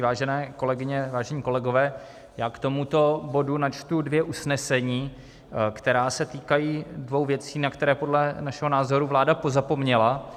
Vážené kolegyně, vážení kolegové, já k tomuto bodu načtu dvě usnesení, která se týkají dvou věcí, na které podle našeho názoru vláda pozapomněla.